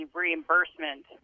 reimbursement